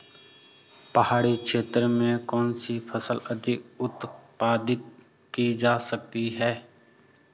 पहाड़ी क्षेत्र में कौन सी फसल अधिक उत्पादित की जा सकती है?